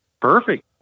perfect